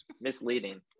Misleading